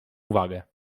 uwagę